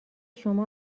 شما